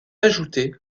ajouté